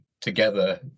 together